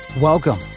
Welcome